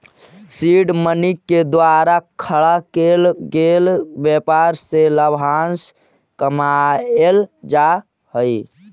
seed money के द्वारा खड़ा केल गेल व्यापार से लाभांश कमाएल जा हई